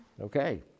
Okay